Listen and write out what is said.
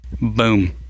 Boom